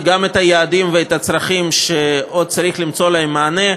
וגם את היעדים ואת הצרכים שעוד צריך למצוא להם מענה.